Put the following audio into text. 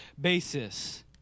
basis